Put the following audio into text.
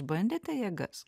bandėte jėgas